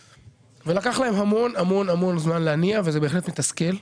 ולקח להם המון המון זמן להניע וזה בהחלט מתסכל.